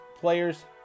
players